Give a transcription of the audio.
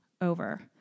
over